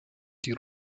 die